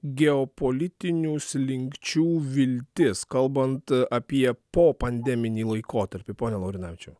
geopolitinių slinkčių viltis kalbant apie po pandeminį laikotarpį pone laurinavičiau